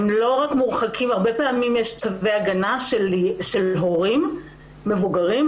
זה כי יש צווי הגנה של הורים מבוגרים,